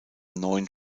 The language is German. neun